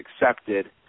accepted